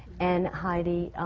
and heidi,